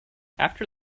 after